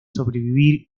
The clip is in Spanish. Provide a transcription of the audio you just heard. sobrevivir